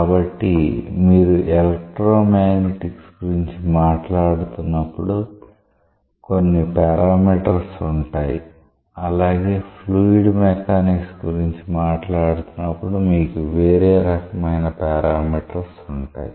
కాబట్టి మీరు electromagnetics గురించి మాట్లాడుతున్నప్పుడు కొన్ని పారామీటర్స్ ఉంటాయి అలాగే ఫ్లూయిడ్ మెకానిక్స్ గురించి మాట్లాడుతున్నప్పుడు మీకు వేరే రకమైన పారామీటర్స్ ఉంటాయి